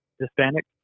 hispanic